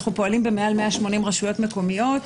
אנחנו פועלים במעל 180 רשויות מקומיות.